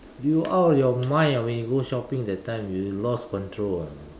you out of your mind ah when shopping that time you lost control ah